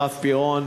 הרב פירון,